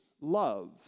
love